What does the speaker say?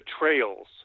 betrayals